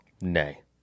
Nay